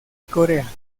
corea